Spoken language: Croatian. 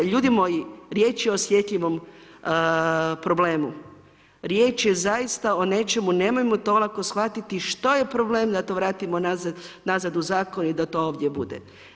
I ljudi moji riječ je o osjetljivom problemu, riječ je zaista o nečemu, nemojmo to olako shvatiti što je problem da to vratimo nazad u zakon i da to ovdje bude.